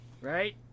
right